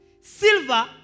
silver